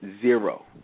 Zero